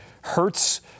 hurts